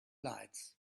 lights